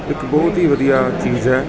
ਇੱਕ ਬਹੁਤ ਹੀ ਵਧੀਆ ਚੀਜ਼ ਹੈ